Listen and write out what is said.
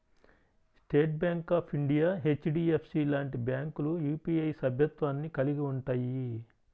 state bank of India, HDFC లాంటి బ్యాంకులు UPI సభ్యత్వాన్ని కలిగి ఉంటయ్యి